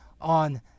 on